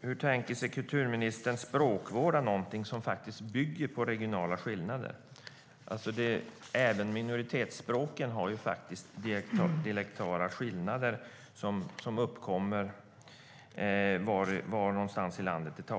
Hur tänker sig kulturministern att språkvårda någonting som faktiskt bygger på regionala skillnader? Även minoritetsspråken har dialektala skillnader som uppkommer där språken talas i landet.